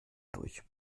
durch